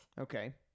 Okay